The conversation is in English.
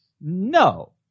No